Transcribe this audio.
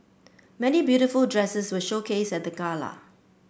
many beautiful dresses were showcased at the gala